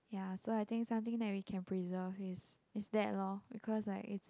ya so I think something that we can preserve is is that lor because like it's